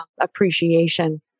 appreciation